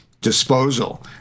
disposal